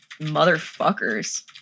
motherfuckers